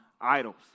idols